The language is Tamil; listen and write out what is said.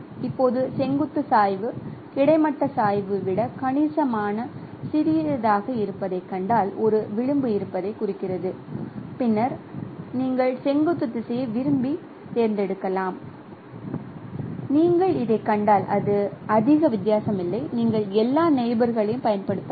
இப்போது செங்குத்து சாய்வு கிடைமட்ட சாய்வு விட கணிசமாக சிறியதாக இருப்பதைக் கண்டால் ஒரு விளிம்பு இருப்பதைக் குறிக்கிறது பின்னர் நீங்கள் செங்குத்து திசையை விரும்பி தேர்தேர்ந்தெடுக்கலாம் நீங்கள் இதைக் கண்டால் அது அதிக வித்தியாசம் இல்லை நீங்கள் எல்லா நெயிபோர் களையும் பயன்படுத்தலாம்